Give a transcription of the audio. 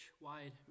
wide